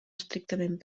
estrictament